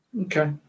okay